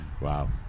wow